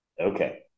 Okay